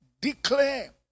declare